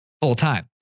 full-time